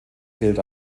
gilt